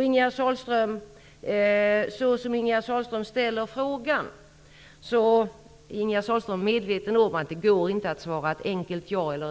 Ingegerd Sahlström är medveten om att det inte går att svara ett enkelt ja eller